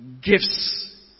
gifts